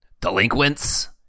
Delinquents